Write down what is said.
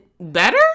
better